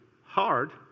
Hard